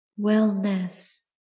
wellness